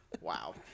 wow